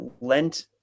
lent